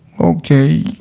Okay